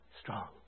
strong